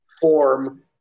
form